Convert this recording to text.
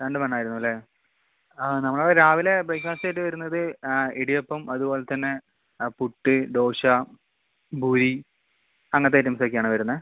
രണ്ടും വേണമായിരുന്നു അല്ലേ ആ നമ്മൾ രാവിലെ ബ്രേക്ക്ഫാസ്റ്റ് ആയിട്ട് വരുന്നത് ഇടിയപ്പം അതുപോലത്തന്നെ പുട്ട് ദോശ ഭൂരി അങ്ങനത്തെ ഐറ്റംസ് ഒക്കെ ആണ് വരുന്നത്